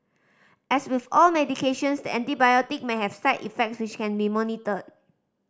as with all medications the antibiotic may have side effects which can be monitored